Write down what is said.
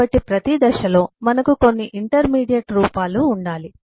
కాబట్టి ప్రతి దశలో మనకు కొన్ని ఇంటర్మీడియట్ రూపాలు ఉండాలి